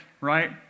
right